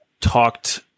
talked